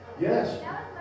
Yes